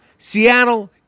Seattle